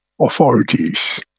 authorities